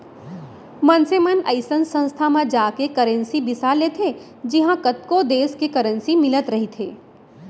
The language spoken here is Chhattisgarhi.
मनसे मन अइसन संस्था म जाके करेंसी बिसा लेथे जिहॉं कतको देस के करेंसी मिलत रहिथे